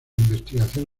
investigación